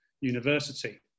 University